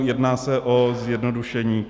Jedná se o zjednodušení.